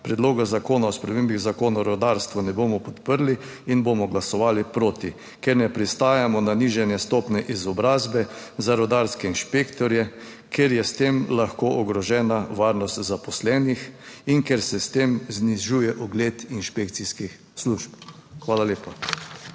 predloga zakona o spremembi Zakona o rudarstvu ne bomo podprli in bomo glasovali proti, ker ne pristajamo na nižanje stopnje izobrazbe za rudarske inšpektorje, ker je s tem lahko ogrožena varnost zaposlenih in ker se s tem znižuje ugled inšpekcijskih služb. Hvala lepa.